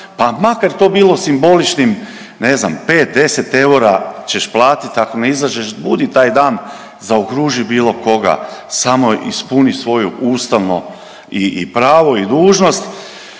pa makar to bilo simboličnim, ne znam, 5, 10 eura ćeš platiti ako ne izađeš, budi taj dan, zaokruži bilo koga, samo ispuni svoju ustavno i pravo i dužnost.